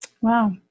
Wow